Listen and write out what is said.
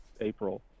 April